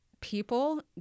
people